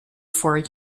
for